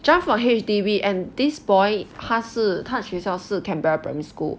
jump from H_D_B and this boy 他是他的学校是 canberra primary school